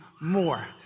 more